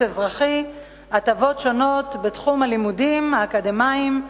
אזרחי הטבות שונות בתחום הלימודים האקדמיים,